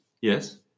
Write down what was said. Yes